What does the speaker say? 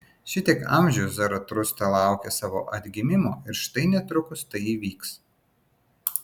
šitiek amžių zaratustra laukė savo atgimimo ir štai netrukus tai įvyks